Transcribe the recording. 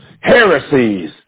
heresies